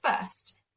first